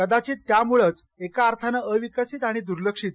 कदाचित त्यामुळंच एका अर्थानं अविकसित आणि दुर्लक्षित